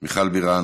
מיכל בירן,